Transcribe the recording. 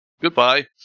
Goodbye